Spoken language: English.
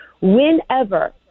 whenever